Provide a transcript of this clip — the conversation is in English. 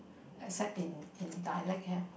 except in in dialect have